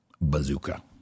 bazooka